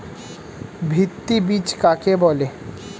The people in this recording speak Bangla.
ভিত্তি বীজ কাকে বলে?